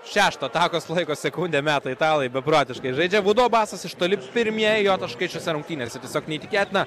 šeštą atakos laiko sekundę meta italai beprotiškai žaidžia būdavo basas iš toli pirmieji jo taškai šiose rungtynėse tiesiog neįtikėtina